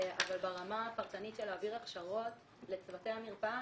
אבל ברמה הפרטנית של להעביר הכשרות לצוותי המרפאה,